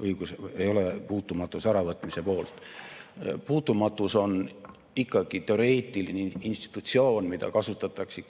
ega ole puutumatuse äravõtmise poolt. Puutumatus on ikkagi teoreetiline institutsioon, mida kasutatakse